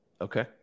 okay